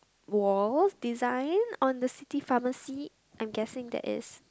walls design on the City Pharmacy I'm guessing that is